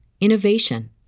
innovation